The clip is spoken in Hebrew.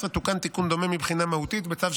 אנחנו נעבור להצעת חוק תובענות ייצוגיות (תיקון מס'